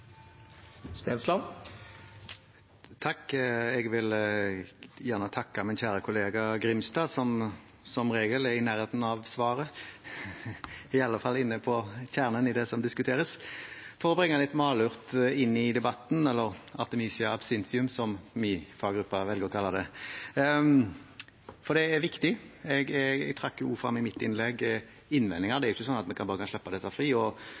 i nærheten av svaret – i alle fall inne på kjernen i det som diskuteres. For å bringe litt malurt inn i debatten, eller Artemisia absinthium, som min faggruppe velger å kalle det, og dette er viktig: Jeg trakk også frem innvendinger i mitt innlegg. Det er ikke sånn at vi bare kan slippe dette fri.